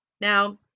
now